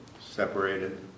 separated